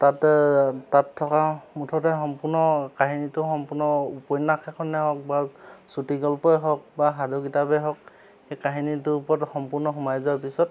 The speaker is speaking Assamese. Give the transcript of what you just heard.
তাত তাত থকা মুঠতে সম্পূৰ্ণ কাহিনীটো সম্পূৰ্ণ উপন্যাস এখনে হওক বা চুটিগল্পই হওক বা সাধু কিতাপেই হওক সেই কাহিনীটোৰ ওপৰত সম্পূৰ্ণ সোমাই যোৱাৰ পিছত